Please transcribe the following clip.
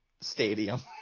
stadium